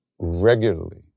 regularly